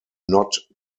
not